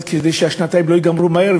כדי שהשנתיים לא ייגמרו מהר,